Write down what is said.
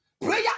prayer